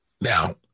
Now